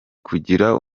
kugira